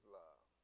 love